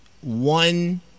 One